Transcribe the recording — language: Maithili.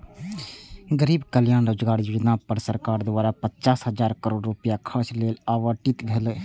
गरीब कल्याण रोजगार योजना पर सरकार द्वारा पचास हजार करोड़ रुपैया खर्च लेल आवंटित भेलै